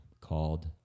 called